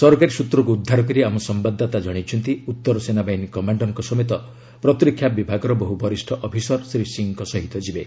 ସରକାରୀ ସୂତ୍ରକୁ ଉଦ୍ଧାର କରି ଆମ ସମ୍ଭାଦଦାତା ଜଣାଇଛନ୍ତି ଉତ୍ତର ସେନାବାହିନୀ କମାଣ୍ଡରଙ୍କ ସମେତ ପ୍ରତିରକ୍ଷା ବିଭାଗର ବହୁ ବରିଷ୍ଠ ଅଫିସର ଶ୍ରୀ ସିଂହଙ୍କ ସହ ଯିବେ